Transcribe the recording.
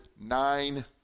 nine